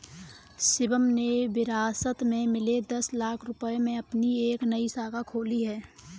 शिवम ने विरासत में मिले दस लाख रूपए से अपनी एक नई शाखा खोली